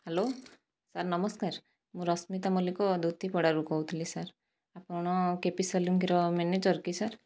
hello sir ନମସ୍କାର ମୁଁ ରସ୍ମିତା ମଲ୍ଲିକ ଦୁତୀପଡ଼ାରୁ କହୁଥିଲି ସାର୍ ଆପଣ କେପି ସାଲୁଙ୍କିର ମ୍ୟାନେଜର କି ସାର୍